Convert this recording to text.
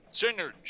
Singer